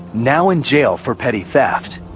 now in jail for petty theft.